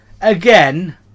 Again